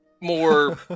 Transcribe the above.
more